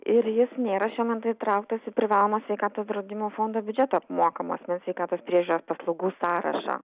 ir jis nėra šiuo metu įtrauktas į privalomo sveikatos draudimo fondo biudžeto apmokamas sveikatos priežiūros paslaugų sąrašą